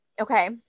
Okay